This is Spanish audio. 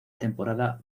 temporada